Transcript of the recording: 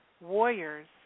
Warriors